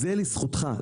זה לזכותך.